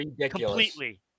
Completely